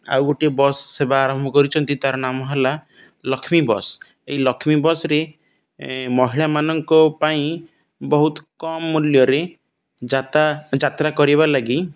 ଆଉ ଗୋଟିଏ ବସ୍ ସେବା ଆରମ୍ଭ କରିଛନ୍ତି ତା'ର ନାମ ହେଲା ଲକ୍ଷ୍ମୀ ବସ୍ ଏହି ଲକ୍ଷ୍ମୀ ବସ୍ରେ ମହିଳାମାନଙ୍କ ପାଇଁ ବହୁତ କମ୍ ମୂଲ୍ୟରେ ଯାତ୍ରା କରିବା ଲାଗି